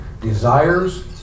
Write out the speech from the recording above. desires